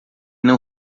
não